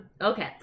Okay